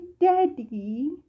daddy